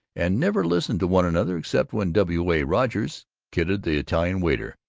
and never listened to one another, except when w. a. rogers kidded the italian waiter.